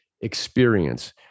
experience